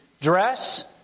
dress